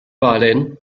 violin